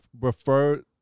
prefer